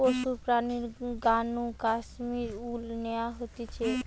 পশুর প্রাণীর গা নু কাশ্মীর উল ন্যাওয়া হতিছে